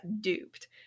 duped